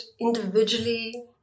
individually